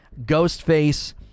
Ghostface